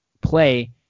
play